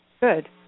Good